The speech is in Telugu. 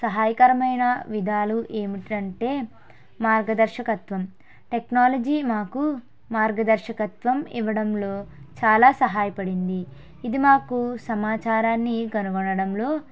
సహాయకరమైన విధాలు ఏమిటంటే మార్గదర్శకత్వం టెక్నాలిజీ మాకు మార్గదర్శకత్వం ఇవ్వడంలో చాలా సహాయపడింది ఇది మాకు సమాచారాన్ని కనుగొనడంలో